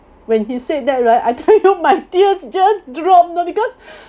when he said that right I tell you my tears just drop you know because